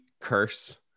curse